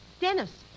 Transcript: Dennis